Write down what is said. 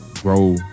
grow